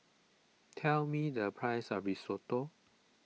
tell me the price of Risotto